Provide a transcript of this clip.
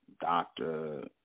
doctor